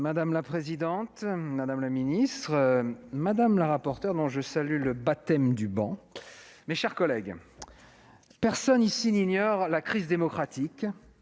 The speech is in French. Madame la présidente, madame la secrétaire d'État, madame la rapporteure, dont je salue le « baptême du banc », mes chers collègues, personne ici n'ignore la crise démocratique,